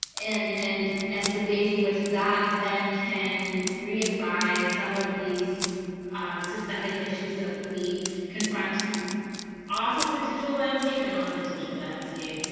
and and and the ways in which that then can reify some of these systemic issues that we confront off of the digital landscape and on the digital landscape.